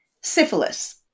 Syphilis